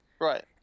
Right